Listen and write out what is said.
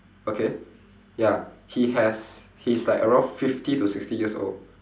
okay ya he has he's like around fifty to sixty years old